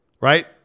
right